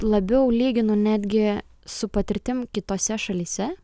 labiau lyginu netgi su patirtim kitose šalyse